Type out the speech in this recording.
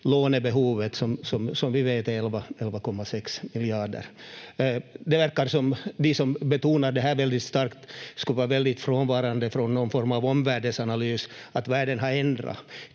lånebehovet, som vi vet är 11,6 miljarder. Det verkar som om vi som betonar det här väldigt starkt skulle vara väldigt frånvarande från någon form av omvärldsanalys, att världen har ändrat.